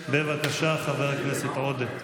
בבקשה, חבר הכנסת עודה.